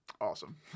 Awesome